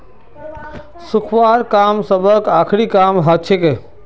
सुखव्वार काम सबस आखरी काम हछेक